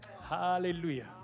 Hallelujah